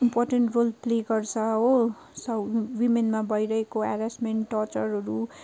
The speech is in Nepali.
इन्पोर्टेन्ट रोल प्ले गर्छ हो वुमेनमा भइरहेको हेरेसमेन्ट टर्चरहरू